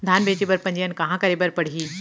धान बेचे बर पंजीयन कहाँ करे बर पड़ही?